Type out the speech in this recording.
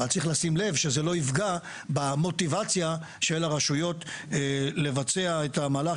אבל צריך לשים לב שזה לא יפגע במוטיבציה של הרשויות לבצע את המהלך.